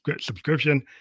subscription